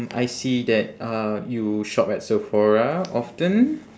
I see that uh you shop at sephora often